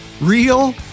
real